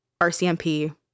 RCMP